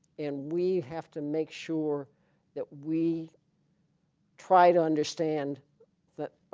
and we have to make sure that we try to understand that